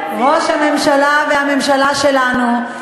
ראש הממשלה והממשלה שלנו.